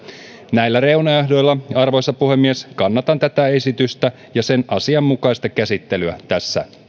näillä reunaehdoilla arvoisa puhemies kannatan tätä esitystä ja sen asianmukaista käsittelyä tässä